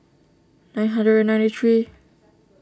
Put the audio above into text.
nine hundred and ninety three